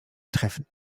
treffen